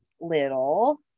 little